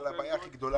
אבל הבעיה הכי גדולה היא